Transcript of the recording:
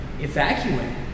evacuate